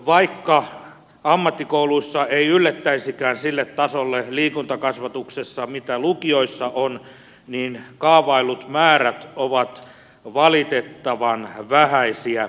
vaikka ammattikouluissa ei yllettäisikään liikuntakasvatuksessa sille tasolle mitä lukioissa on niin kaavaillut määrät ovat valitettavan vähäisiä